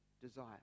desire